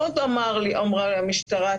עוד אמרה המשטרה,